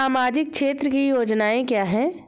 सामाजिक क्षेत्र की योजनाएँ क्या हैं?